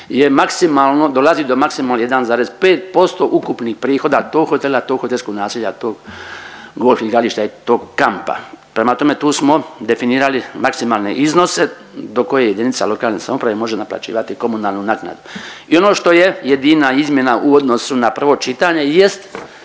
dolazi do maksimalno 1,5% ukupnih prihoda tog hotela, tog hotelskog naselja, tog golf igrališta i tog kampa. Prema tome, tu smo definirali maksimalne iznose do koje jedinica lokalne samouprave može naplaćivati komunalnu naknadu. I ono što je jedina izmjena u odnosu na prvo čitanje